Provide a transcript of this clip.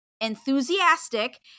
enthusiastic